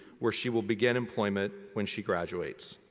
where she will begin employment when she graduates.